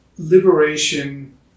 Liberation